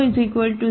તેથી F00